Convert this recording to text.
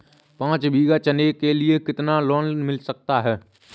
पाँच बीघा चना के लिए कितना लोन मिल सकता है?